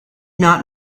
not